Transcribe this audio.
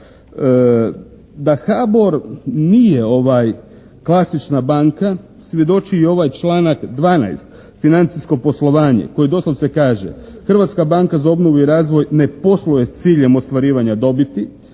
Da HABOR nije klasična banka svjedoči i ovaj članak 12. Financijsko poslovanje, koji doslovce kaže: «Hrvatska banka za obnovu i razvoj ne posluje s ciljem ostvarivanja dobiti.